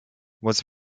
was